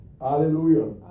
Hallelujah